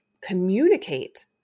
communicate